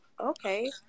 Okay